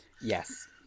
Yes